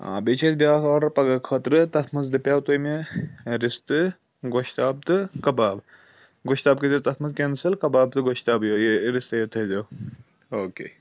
آ بیٚیہِ چھِ اَسہِ بِیٚاکھ آرڈَر پَگاہ خٲطرٕ تَتھ منٛز دَپِیٛو تُہہِ مےٚ رِستہٕ گۄشتاب تہٕ کَباب گۄشتاب کٔزیو تَتھ منٛز کیٚنسٕل کَباب تہٕ گۄشتابٕے یہِ رِستہٕ یوت تھٲے زیٚو اوکے